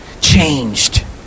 Changed